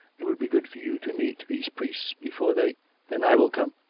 it would be good for you to meet these priests before they then i will come,